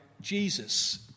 Jesus